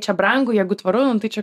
čia brangu jeigu tvaru nu tai čia